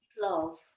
love